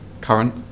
current